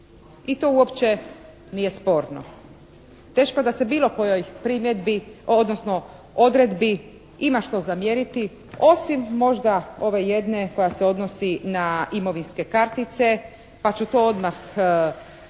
I to uopće nije sporno. Teško da se bilo kojoj primjedbi, odnosno odredbi ima što zamjeriti, osim možda ove jedne koja se odnosi na imovinske kartice, pa ću to odmah i